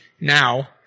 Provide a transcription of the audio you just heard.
now